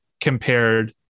compared